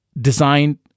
designed